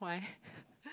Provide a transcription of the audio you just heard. why